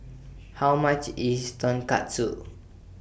How much IS Tonkatsu